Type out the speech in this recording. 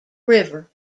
river